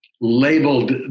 labeled